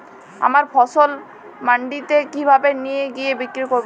আমার ফসল মান্ডিতে কিভাবে নিয়ে গিয়ে বিক্রি করব?